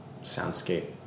soundscape